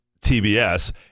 TBS